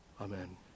Amen